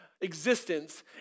existence